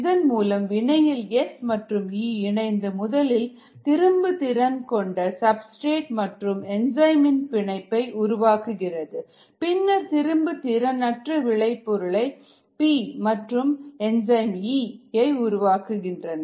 இதன் முதல் வினையில் S மற்றும் E இணைந்து முதலில் திரும்புதிறன் கொண்ட சப்ஸ்டிரேட் மற்றும் என்சைம் இன் பிணைப்பு ES உருவாக்குகிறது பின்னர் திரும்புதிறனற்ற விளைபொருள் மற்றும் என்சைம் உருவாகின்றன